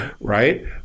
right